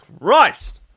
Christ